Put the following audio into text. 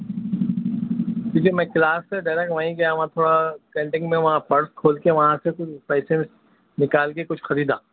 کیونکہ میں کلاس سے ڈائرکٹ وہیں گیا ہُوا تھا کینٹین میں وہاں پرس کھول کے وہاں سے کچھ پیسے نکال کے کچھ خریدا